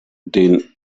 den